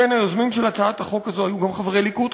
בין היוזמים של הצעת החוק הזו היו גם חברי ליכוד,